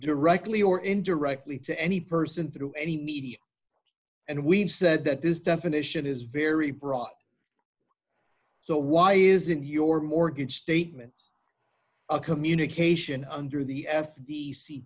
directly or indirectly to any person through any media and we've said that this definition is very broad so why isn't your mortgage statements a communication under the